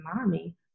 mommy